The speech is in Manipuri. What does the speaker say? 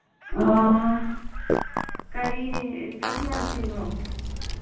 ꯑꯣ ꯀꯔꯤ ꯊꯕꯛ ꯌꯥꯝ ꯆꯤꯟꯕ꯭ꯔꯣ